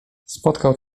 spotkał